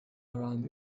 around